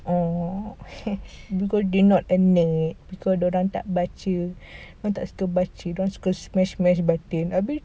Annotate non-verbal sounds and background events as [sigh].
oh [laughs] cause did not admit cause dia orang tak baca dia orang tak tahu baca dia orang suka smash smash button abeh